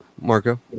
Marco